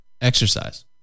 exercise